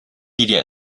地点